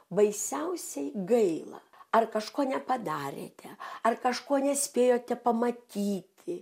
baisiausiai gaila ar kažko nepadarėte ar kažko nespėjote pamatyti